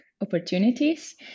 opportunities